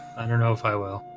i don't know if i will